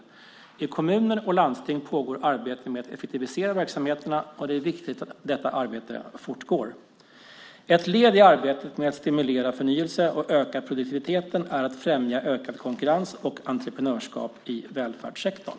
I kommuner och landsting pågår arbete med att effektivisera verksamheterna, och det är viktigt att detta arbete fortgår. Ett led i arbetet med att stimulera förnyelse och att öka produktiviteten är att främja ökad konkurrens och entreprenörskap i välfärdssektorn.